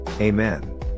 Amen